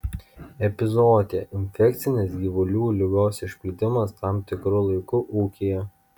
epizootija infekcinės gyvulių ligos išplitimas tam tikru laiku ūkyje